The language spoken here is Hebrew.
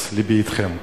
אז לבי אתכם.